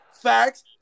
facts